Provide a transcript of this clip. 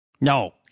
No